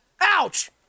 ouch